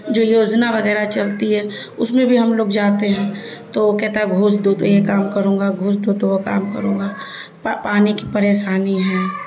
جو یوجنا وغیرہ چلتی ہے اس میں بھی ہم لوگ جاتے ہیں تو وہ کہتا ہے گھوس دو تو یہ کام کروں گا گھوس دو تو وہ کام کروں گا پانی کی پریشانی ہے